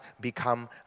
become